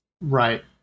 Right